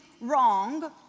wrong